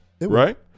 right